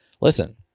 listen